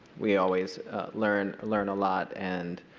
we always learn learn a lot and